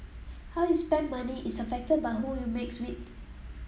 how you spend money is affected by who you mix with